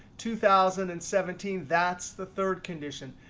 two thousand and seventeen, that's the third condition.